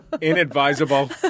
Inadvisable